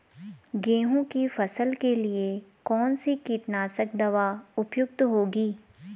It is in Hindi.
गेहूँ की फसल के लिए कौन सी कीटनाशक दवा उपयुक्त होगी?